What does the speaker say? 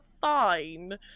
fine